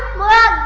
la